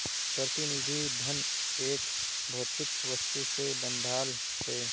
प्रतिनिधि धन एक भौतिक वस्तु से बंधाल छे